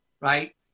right